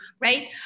right